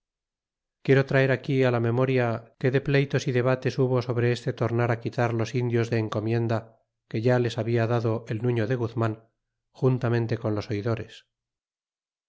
quiero traer aquí la memoria que de pleytos y debates hubo sobre este tornar fi quitar los indios de encomienda que ya les habia dado el nuño de guzman juntamente con los